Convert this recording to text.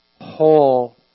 whole